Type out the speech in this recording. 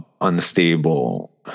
unstable